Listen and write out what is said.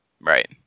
Right